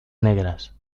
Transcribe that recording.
negras